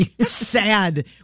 sad